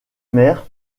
mère